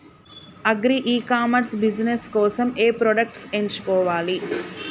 Agri e commerce business కోసము ఏ products ఎంచుకోవాలి?